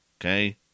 Okay